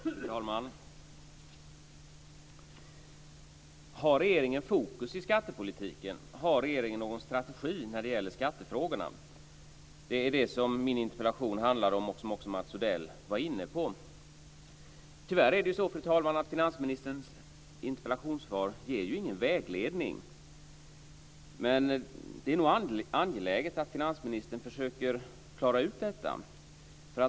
Fru talman! Har regeringen fokus i skattepolitiken? Har regeringen någon strategi för skattefrågorna? Det är det som min interpellation handlar om, och som också Mats Odell var inne på. Tyvärr är det så, fru talman, att finansministerns interpellationssvar inte ger någon vägledning. Det är nog angeläget att finansministern försöker klara ut detta.